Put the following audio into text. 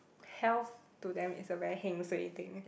health to them is a very thing